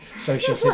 social